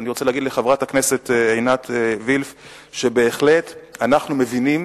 אני רוצה להגיד לחברת הכנסת עינת וילף שאנחנו בהחלט מבינים